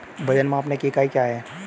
वजन मापने की इकाई क्या है?